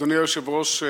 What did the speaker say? אדוני היושב-ראש,